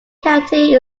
county